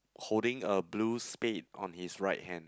holding a blue spade on his right hand